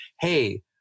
hey